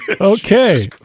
Okay